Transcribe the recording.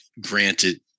granted